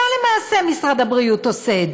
מה למעשה משרד הבריאות עושה?